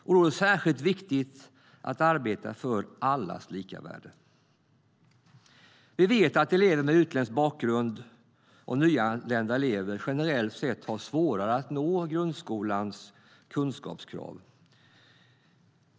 Då är det särskilt viktigt att arbeta för allas lika värde. Vi vet att elever med utländsk bakgrund och nyanlända elever generellt sett har svårare att nå grundskolans kunskapskrav.